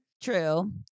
True